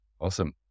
Awesome